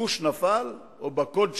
הגוש נפל, או בקוד שלה: